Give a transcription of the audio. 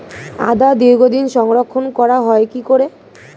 আদা দীর্ঘদিন সংরক্ষণ করা হয় কি করে?